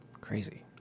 Crazy